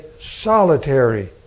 solitary